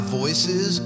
voices